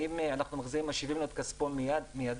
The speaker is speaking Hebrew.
האם אנחנו משיבים לו את כספו מידית?